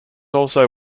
also